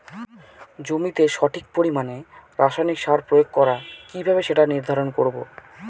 জমিতে সঠিক পরিমাণে রাসায়নিক সার প্রয়োগ করা কিভাবে সেটা নির্ধারণ করব?